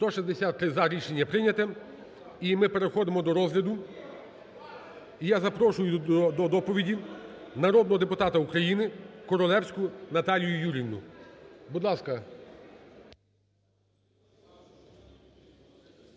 За-163 Рішення прийнято. І ми переходимо до розгляду, і я запрошую до доповіді народного депутата України Королевську Наталію Юріївну. Будь ласка.